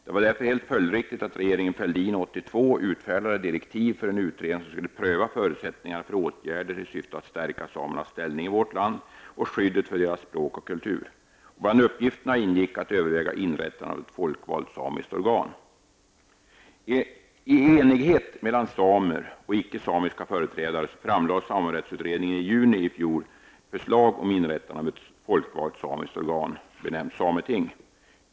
Det var därför helt följdriktigt att regeringen Fälldin 1982 utfärdade direktiv för en utredning som skulle pröva förutsättningarna för åtgärder i syfte att stärka samernas ställning i vårt land och skyddet för deras språk och kultur. Bland uppgifterna ingick att överväga inrättandet av ett folkvalt samiskt organ. I enighet mellan samer och icke-samiska företrädare framlade samerättsutredningen i juni i fjol förslag om inrättande av ett folkvalt samiskt organ benämnt sameting.